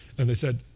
and they said,